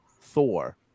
Thor